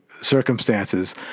circumstances